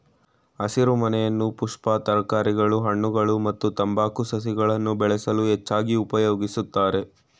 ಹಸಿರುಮನೆಯನ್ನು ಪುಷ್ಪ ತರಕಾರಿಗಳ ಹಣ್ಣುಗಳು ಮತ್ತು ತಂಬಾಕು ಸಸಿಗಳನ್ನು ಬೆಳೆಸಲು ಹೆಚ್ಚಾಗಿ ಉಪಯೋಗಿಸ್ತರೆ